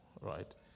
right